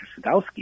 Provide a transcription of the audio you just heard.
Sudowski